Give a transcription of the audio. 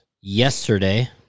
Yesterday